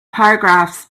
paragraphs